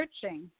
searching